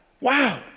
Wow